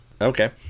Okay